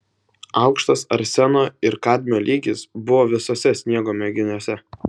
aukštas arseno ir kadmio lygis buvo visuose sniego mėginiuose